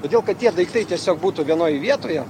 todėl kad tie daiktai tiesiog būtų vienoj vietoje